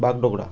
Bagdogra